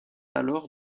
alors